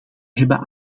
hebben